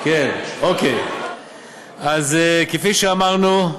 אוקיי, אז כפי שאמרנו,